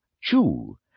chew